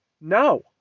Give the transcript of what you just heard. No